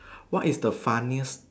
what is the funniest